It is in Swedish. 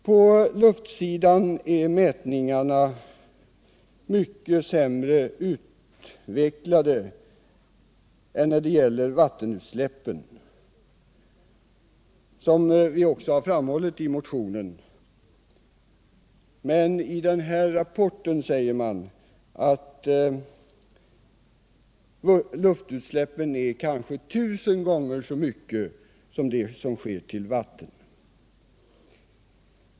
På luftsidan är mätningarna mycket sämre utvecklade än när det gäller vattenutsläppen, som vi också framhållit i motionen, men i rapporten säger man att luftutsläppen kanske är tusen gånger så stora som utsläppen till vatten.